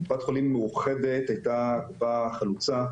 קופת חולים מאוחדת הייתה הקופה החלוצה